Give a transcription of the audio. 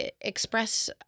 express